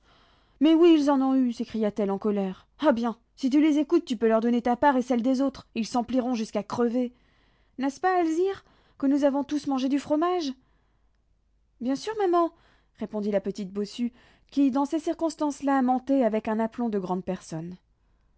mais oui ils en ont eu s'écria-t-elle en colère ah bien si tu les écoutes tu peux leur donner ta part et celle des autres ils s'empliront jusqu'à crever n'est-ce pas alzire que nous avons tous mangé du fromage bien sûr maman répondit la petite bossue qui dans ces circonstances là mentait avec un aplomb de grande personne